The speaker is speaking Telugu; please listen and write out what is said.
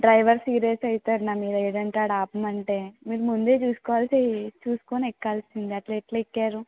డ్రైవర్ సీరియస్ అవుతారు నా మీద ఎక్కడంటే అక్కడ ఆపమంటే మీరు ముందే చూసుకోవాల్సింది చూసుకుని ఎక్కాల్సింది అలా ఎలా ఎక్కారు